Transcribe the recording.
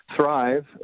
thrive